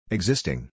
Existing